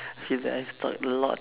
feel that I've talked a lot